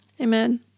Amen